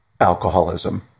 Alcoholism